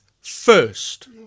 first